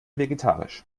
vegetarisch